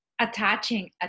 attaching